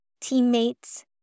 teammates